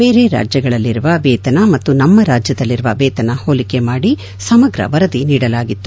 ಬೇರೆ ರಾಜ್ಯಗಳಲ್ಲಿರುವ ವೇತನ ಮತ್ತು ನಮ್ನ ರಾಜ್ಯದಲ್ಲಿರುವ ವೇತನ ಹೋಲಿಕೆ ಮಾಡಿ ಸಮಗ್ರ ವರದಿ ನೀಡಲಾಗಿತ್ತು